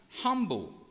humble